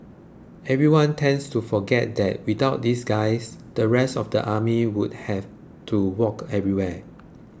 everyone tends to forget that without these guys the rest of the army would have to walk everywhere